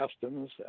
customs